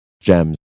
gems